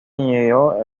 añadió